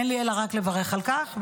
אין לי אלא לברך על כך.